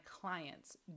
clients